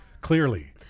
clearly